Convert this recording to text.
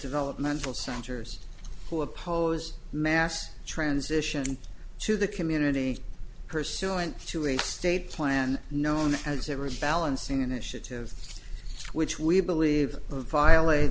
developmental centers who oppose mass transition to the community pursuant to a state plan known as every balancing initiative which we believe violate